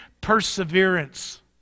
perseverance